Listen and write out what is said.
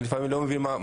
אני לא מבין.